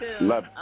love